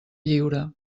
lliure